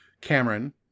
Cameron